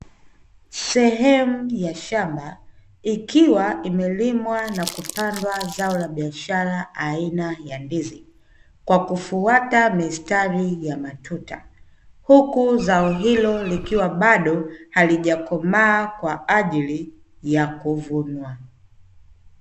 Sehemu ya shamba, ikiwa imelimwa na kupandwa zao la biashara aina ya ndizi, kwa kufuata mistari ya matuta, huku zao hilo likiwa bado halijakomaa kwa ajili ya kuvunwa.